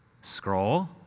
scroll